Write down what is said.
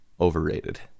overrated